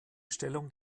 stellung